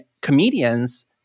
comedians